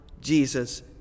Jesus